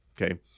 okay